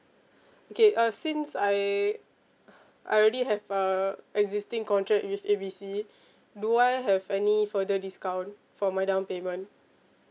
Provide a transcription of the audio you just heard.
okay uh since I I already have uh existing contract with A B C do I have any further discount for my downpayment